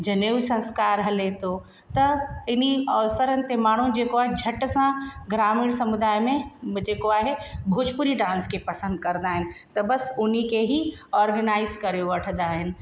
जनियूं संस्कार हले थो त हिन अवसरनि ते माण्हू जेको आहे झटि सां ग्रामीण समुदाय में जेको आहे भोजपुरी डांस खे पसंदि कंदा आहिनि त बसि हुनखे ई ओर्गनाइज़ करे वठंदा आहिनि